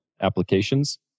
applications